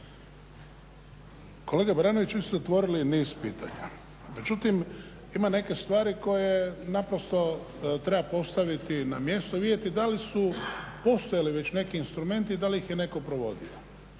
Kolega Baranović, vi ste otvorili niz pitanja. Međutim, ima neke stvari koje naprosto treba postaviti na mjesto i vidjeti da li su postojali već neki instrumenti, da li ih je netko provodio.